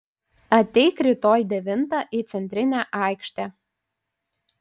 ateik rytoj devintą į centrinę aikštę